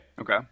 okay